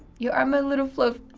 you are my little fluff.